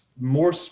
more